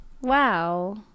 wow